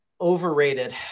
Overrated